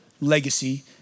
legacy